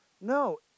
No